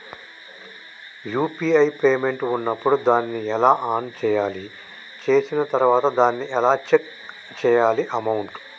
UPI payment ఉన్నప్పుడు దాన్ని ఎలా ఆన్ చేయాలి? చేసిన తర్వాత దాన్ని ఎలా చెక్ చేయాలి అమౌంట్?